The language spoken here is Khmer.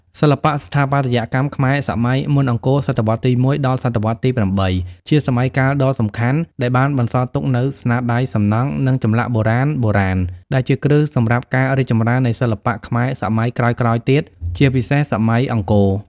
សិល្បៈស្ថាបត្យកម្មខ្មែរសម័យមុនអង្គរ ស.វទី១ ដល់ ស.វទី៨ ជាសម័យកាលដ៏សំខាន់ដែលបានបន្សល់ទុកនូវស្នាដៃសំណង់ និងចម្លាក់បុរាណៗ ដែលជាគ្រឹះសម្រាប់ការរីកចម្រើននៃសិល្បៈខ្មែរសម័យក្រោយៗទៀត ជាពិសេសសម័យអង្គរ។